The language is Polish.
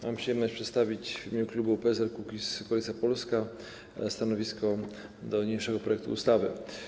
Mam przyjemność przedstawić w imieniu klubu PSL - Kukiz - Koalicja Polska stanowisko wobec niniejszego projektu ustawy.